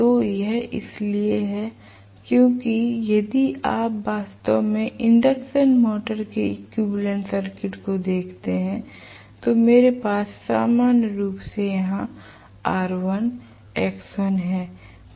तो यह इसलिए है क्योंकि यदि आप वास्तव में इंडक्शन मोटर के इक्विवेलेंट सर्किट को देखते हैं तो मेरे पास सामान्य रूप से यहां R1 X1 है